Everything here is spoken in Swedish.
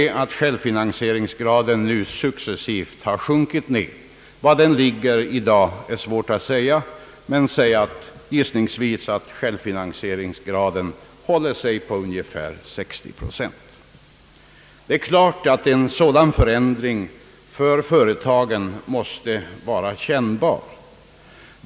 Nu har emellertid självfinansieringsgraden successivt sjunkit. Var den ligger i dag är svårt att säga, men gissningsvis håller den sig på ungefär 60 procent. Det är klart att en sådan förändring för företagen måste vara kännbar.